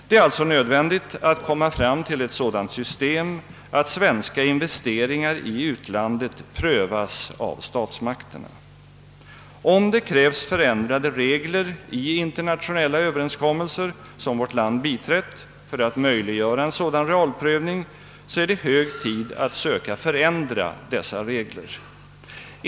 Det är alltså nödvändigt att komma fram till ett sådant system, att svenska investeringar i utlandet prövas av statsmakterna. Om det krävs ändring av reglerna i internationella överenskommelser som vårt land biträtt för att möjliggöra en sådan realprövning är det hög tid att göra dessa ändringar.